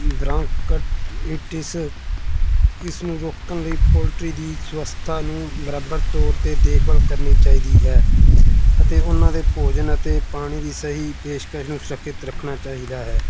ਦਰਾਂਕਇਟਸ ਇਸ ਨੂੰ ਰੋਕਣ ਲਈ ਪੋਲਟਰੀ ਦੀ ਸਵੱਸਥਾ ਨੂੰ ਬਰਾਬਰ ਤੌਰ 'ਤੇ ਦੇਖਭਾਲ ਕਰਨੀ ਚਾਹੀਦੀ ਹੈ ਅਤੇ ਉਹਨਾਂ ਦੇ ਭੋਜਨ ਅਤੇ ਪਾਣੀ ਦੀ ਸਹੀ ਪੇਸ਼ਕਸ਼ ਨੂੰ ਸੁਰੱਖਿਅਤ ਰੱਖਣਾ ਚਾਹੀਦਾ ਹੈ